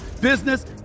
business